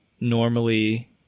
normally